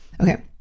Okay